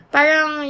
Parang